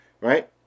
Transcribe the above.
right